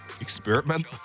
experiment